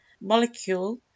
molecule